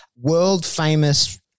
world-famous-